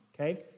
okay